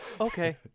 Okay